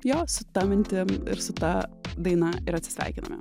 jo su ta mintim ir su ta daina ir atsisveikiname